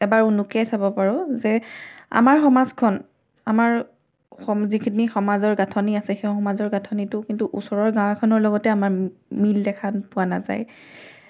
এবাৰ উনুকিয়াই চাব পাৰোঁ যে আমাৰ সমাজখন আমাৰ স যিখিনি সমাজৰ গাঁথনি আছে সেই সমাজৰ গাঁথনিটো কিন্তু ওচৰৰ গাঁও এখনৰ লগতে আমাৰ মিল দেখা পোৱা নাযায়